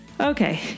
Okay